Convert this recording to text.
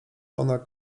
ona